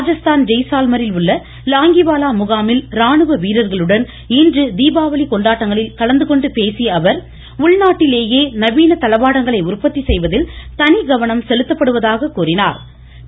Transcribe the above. ராஜஸ்தான் ஜெய்சால்மரில் உள்ள லாங்கிவாலா முகாமில் இராணுவ வீரர்களுடன் இன்று தீபாவளி கொண்டாட்டங்களில் கலந்து கொண்டு பேசிய அவர் உள்நாட்டிலேயே நவீன தளவாடங்களை உற்பத்தி செய்வதில் தனிகவனம் செலுத்தப்படுவதாக கூறினாா்